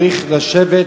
צריך לשבת